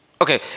Okay